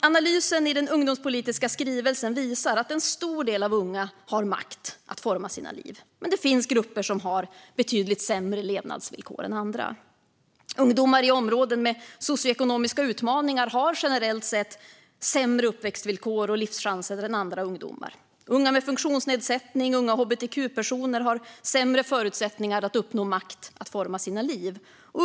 Analysen i Ungdomspolitisk skrivelse visar att en stor del av de unga har makt att forma sina liv, men det finns grupper som har betydligt sämre levnadsvillkor än andra. Ungdomar i områden med socioekonomiska utmaningar har generellt sett sämre uppväxtvillkor och livschanser än andra ungdomar. Unga med funktionsnedsättning och unga hbtq-personer har sämre förutsättningar att uppnå makt att forma sina liv.